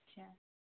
اچھا